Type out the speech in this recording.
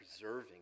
preserving